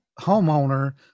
homeowner